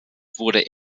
wurde